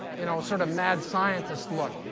you know sort of mad scientist look.